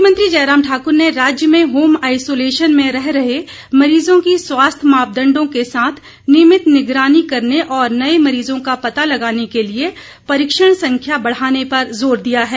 मुख्यमंत्री जयराम ठाक्र ने राज्य में होम आईसोलेशन में रह रहे मरीजों की स्वास्थ्य मापदंडों के साथ नियमित निगरानी करने और नये मरीजों का पता लगाने के लिए परीक्षण संख्या बढ़ाने पर जोर दिया हैं